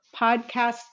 podcast